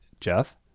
Jeff